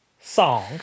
song